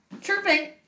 Chirping